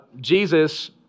Jesus